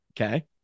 okay